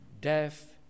death